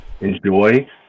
enjoy